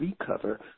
recover